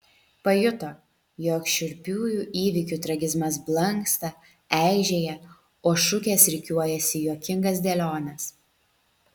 pajuto jog šiurpiųjų įvykių tragizmas blanksta eižėja o šukės rikiuojasi į juokingas dėliones